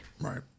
Right